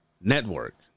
network